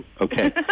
Okay